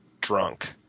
drunk